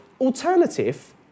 alternative